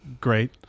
great